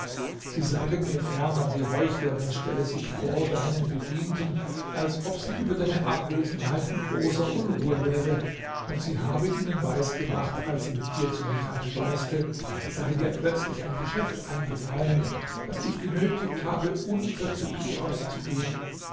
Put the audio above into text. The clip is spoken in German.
sie sagen mir ferner die heuchlerin stelle sich vor deinen bedienten als ob sie über deine abwesenheit in großer unruhe wäre und sie habe ihnen weisgemacht als sie mit dir zu mittag speiste sei dir plötzlich ein geschäft eingefallen das dich genötigt habe unverzüglich auszugehen